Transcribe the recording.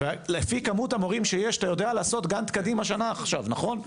לפי כמות המורים שיש אתה יודע לעשות גאנט קדימה שנה עכשיו נכון?